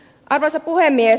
arvoisa puhemies